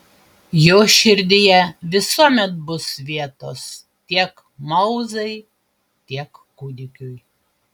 jo širdyje visuomet bus vietos tiek mauzai tiek kūdikiui